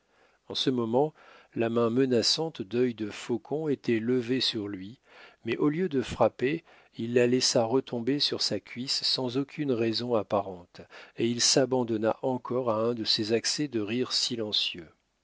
en ce moment la main menaçante dœil de faucon était levée sur lui mais au lieu de frapper il la laissa retomber sur sa cuisse sans aucune raison apparente et il s'abandonna encore à un de ses accès de rire silencieux